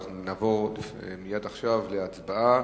נעבור להצבעה.